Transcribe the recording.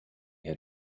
had